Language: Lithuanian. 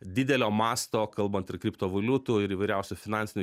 didelio masto kalbant ir kriptovaliutų ir įvairiausių finansinių